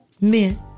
men